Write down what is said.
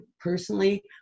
personally